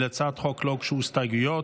להצעת החוק לא הוגשו הסתייגויות,